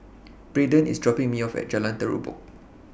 Braeden IS dropping Me off At Jalan Terubok